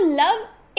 love